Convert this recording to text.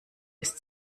ist